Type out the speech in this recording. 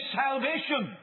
salvation